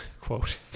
quote